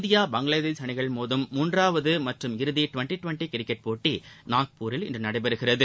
India Bangladesh அணிகள் மோதும் மூன்றாவது மற்றும் இறுதி ட்வெண்ட்டி ட்வெண்ட்டி கிரிக்கெட் போட்டி நாக்பூரில் இன்று நடைபெறுகிறது